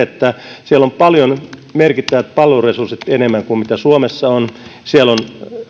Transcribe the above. että siellä on paljon merkittävämmät palveluresurssit kuin suomessa siellä on